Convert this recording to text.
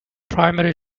primary